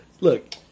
Look